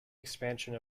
expansion